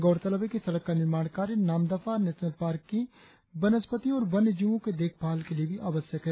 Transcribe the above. गौरतलब है कि सड़क का निर्माण कार्य नामदफा नेशनल पार्क की वनस्पतियों के देखभाल के लिए आवश्यक है